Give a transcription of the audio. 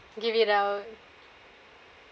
give it out